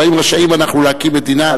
ואם רשאים אנחנו להקים מדינה שהיא מדינה לאומית,